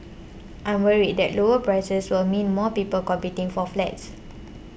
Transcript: I'm worried that lower prices will mean more people competing for flats